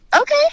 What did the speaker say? Okay